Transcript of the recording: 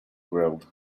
grilled